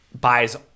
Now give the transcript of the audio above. buys